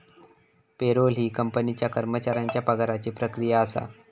payroll ही कंपनीच्या कर्मचाऱ्यांच्या पगाराची प्रक्रिया असा